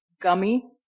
gummy